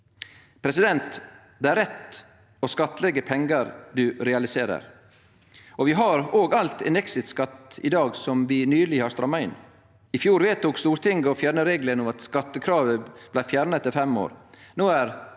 heilt. Det er rett å skattleggje pengar du realiserer. Vi har alt ein exit-skatt i dag som vi nyleg har stramma inn. I fjor vedtok Stortinget å fjerne regelen om at skattekravet blei fjerna etter fem år.